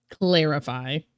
clarify